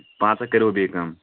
پانٛژھ ہَتھ کَٔرِو بیٚیہِ کَم